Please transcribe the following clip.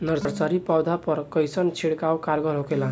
Nursery पौधा पर कइसन छिड़काव कारगर होखेला?